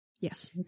Yes